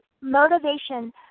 motivation